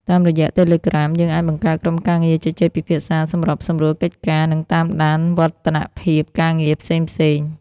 តាមរយៈ Telegram យើងអាចបង្កើតក្រុមការងារជជែកពិភាក្សា សម្របសម្រួលកិច្ចការ និងតាមដានវឌ្ឍនភាពការងារផ្សេងៗ។